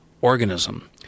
organism